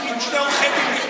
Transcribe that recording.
למה לא?